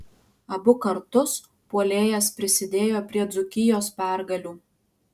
abu kartus puolėjas prisidėjo prie dzūkijos pergalių